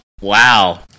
Wow